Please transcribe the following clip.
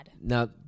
Now